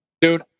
Dude